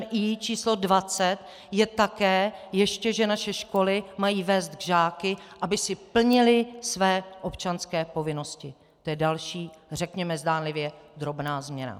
I číslo 20 je také ještě, že naše školy mají vést žáky, aby plnili své občanské povinnosti, to je další zdánlivě drobná změna.